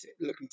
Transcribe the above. looking